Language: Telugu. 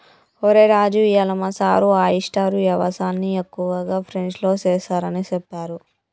ఒరై రాజు ఇయ్యాల మా సారు ఆయిస్టార్ యవసాయన్ని ఎక్కువగా ఫ్రెంచ్లో సెస్తారని సెప్పారు